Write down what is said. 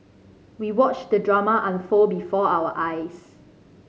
we watched the drama unfold before our eyes